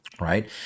right